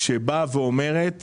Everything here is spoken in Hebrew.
שבאה ואומרת